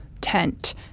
tent